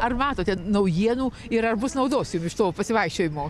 ar matote naujienų ir ar bus naudos jum iš to pasivaikščiojimo